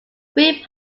three